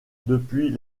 depuis